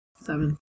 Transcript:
Seven